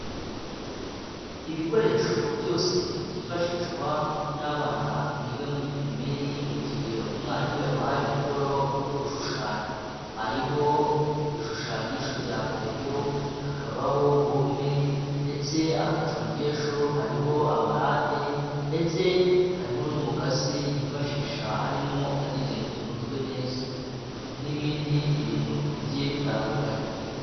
Ibikoresho byose byifashishwa n'abana biga muri pirimeri mu gihe umwarimu yabahaye umukoro wo gushushanya. Hariho ibishushanyisho bya kereyo, hakabaho gome ndetse agacongesho. Hariho amarate ndetse hariho n'umukasi yifashisha arimo agegena utuntu twe neza. N'ibindi bintu bigiye bitandukanye.